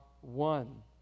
one